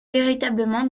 véritablement